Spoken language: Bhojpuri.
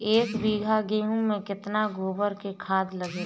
एक बीगहा गेहूं में केतना गोबर के खाद लागेला?